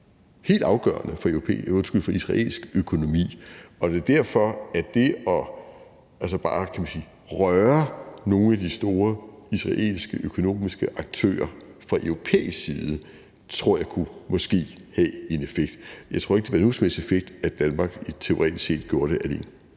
helt afgørende for israelsk økonomi. Det er derfor, at bare det at røre nogle af de store israelske økonomiske aktører fra europæisk side måske kunne have en effekt. Jeg tror ikke, det ville have nogen som helst effekt, at Danmark teoretisk set gjorde det alene.